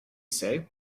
say